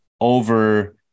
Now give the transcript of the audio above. over